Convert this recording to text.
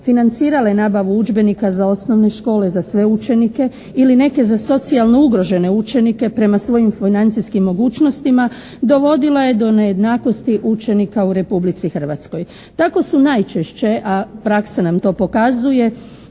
financirale nabavu udžbenika za osnovne škole za sve učenike ili neke za socijalno ugrožene učenike prema svojim financijskim mogućnostima dovodila je do nejednakosti učenika u Republici Hrvatskoj. Tako su najčešće a praksa nam to pokazuje